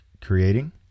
creating